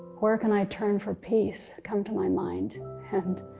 where can i turn for peace come to my mind. and